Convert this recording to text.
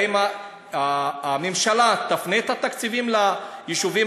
האם הממשלה תפנה את התקציבים ליישובים